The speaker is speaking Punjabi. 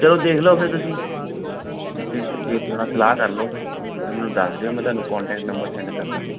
ਚੱਲੋ ਦੇਖ ਲਓ ਫਿਰ ਤੁਸੀਂ ਜਿੱਥੇ ਜੇ ਸਲਾਹ ਕਰ ਲਓ ਫਿਰ ਫਿਰ ਮੈਨੂੰ ਦੱਸ ਦਿਓ ਮੈਂ ਤੁਹਾਨੂੰ ਕੰਟੈਕਟ ਨੰਬਰ ਸੈਂਡ ਕਰ ਦਾਂਗਾ